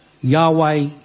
Yahweh